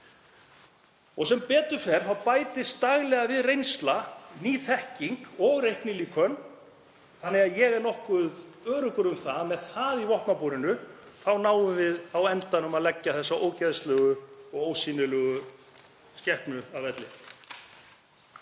og sem betur fer bætist daglega við reynsla, ný þekking og reiknilíkön þannig að ég er nokkuð öruggur um að með það í vopnabúrinu náum við á endanum að leggja þessa ógeðslegu, ósýnilegu skepnu að velli.